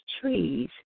trees